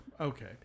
Okay